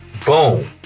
Boom